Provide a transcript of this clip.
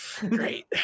Great